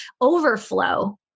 overflow